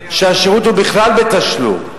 שהשירות הוא בכלל בתשלום.